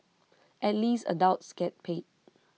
at least adults get paid